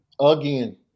Again